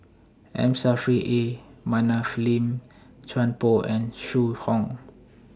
M Saffri A Manaf Lim Chuan Poh and Zhu Hong